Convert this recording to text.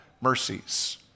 mercies